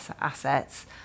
assets